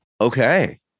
Okay